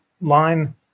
line